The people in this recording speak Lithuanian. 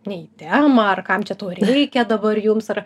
ne į temą ar kam čia tau reikia dabar jums ar